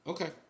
Okay